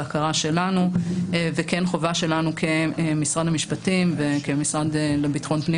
הבקרה שלנו וכן חובה שלנו כמשרד המשפטים וכמשרד לביטחון פנים